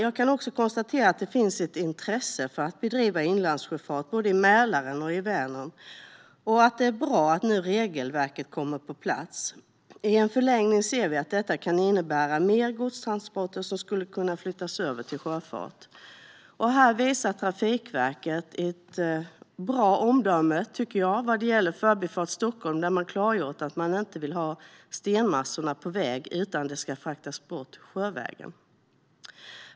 Jag konstaterar att det finns ett intresse för att bedriva inlandssjöfart i både Mälaren och Vänern och att det är bra att regelverket kommer på plats. I förlängningen kan det innebära att mer godstransporter kan flyttas över till sjöfart. Trafikverket visar här ett bra omdöme när man klargör att man inte vill ha stenmassorna från Förbifart Stockholm på väg, utan de ska fraktas bort sjövägen.